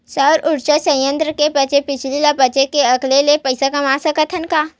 सउर उरजा संयत्र के बाचे बिजली ल बेच के अलगे ले पइसा कमा सकत हवन ग